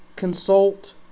Consult